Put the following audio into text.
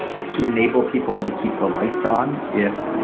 it's to enable people to keep the lights on if,